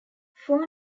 four